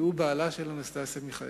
כי הוא בעלה של אנסטסיה מיכאלי.